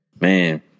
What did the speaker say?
man